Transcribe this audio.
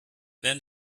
then